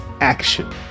action